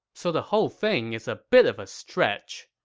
so the whole thing is a bit of a stretch.